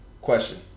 question